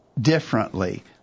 differently